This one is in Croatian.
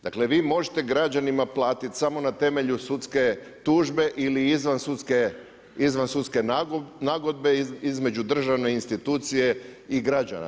Dakle, vi možete građanima platiti samo na temelju sudske tužbe ili izvansudske nagodbe između državne institucije i građana.